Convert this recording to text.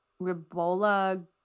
ribola